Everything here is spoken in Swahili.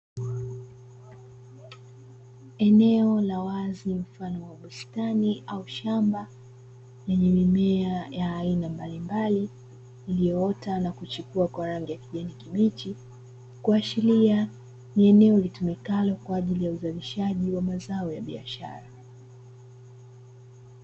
Eneo la wazi mfano wa bustani au shamba lenye mimea ya aina mbalimbali iliyoota na kuchipua kwa rangi ya kijani kibichi kuashiria ni eneo litumikalo kwa ajili ya uzalishaji wa mazao ya biashara.